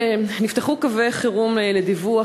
נפתחו קווי חירום לדיווח,